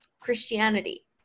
Christianity